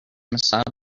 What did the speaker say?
misato